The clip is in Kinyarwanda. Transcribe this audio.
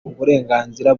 uburenganzira